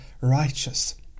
righteous